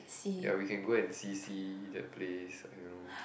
ya we can go and see see that place I don't know